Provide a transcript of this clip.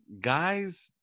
Guys